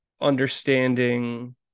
understanding